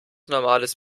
normales